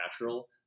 natural